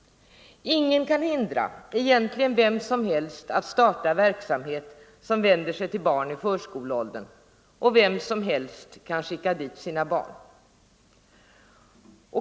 Ingen kan hindra att egentligen vem som helst startar verksamhet som vänder sig till barn i förskoleåldern; och vem som helst kan skicka dit sina barn.